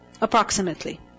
Approximately